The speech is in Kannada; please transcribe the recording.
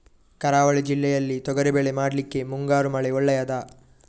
ಕರಾವಳಿ ಜಿಲ್ಲೆಯಲ್ಲಿ ತೊಗರಿಬೇಳೆ ಮಾಡ್ಲಿಕ್ಕೆ ಮುಂಗಾರು ಮಳೆ ಒಳ್ಳೆಯದ?